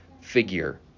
figure